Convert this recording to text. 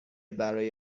برای